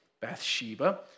Bathsheba